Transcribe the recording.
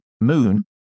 moon